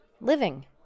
Living